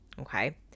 Okay